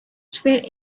swayed